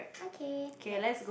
okay next